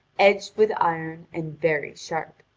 edged with iron and very sharp.